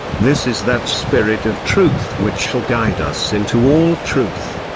this is that spirit of truth which shall guide us into all truth.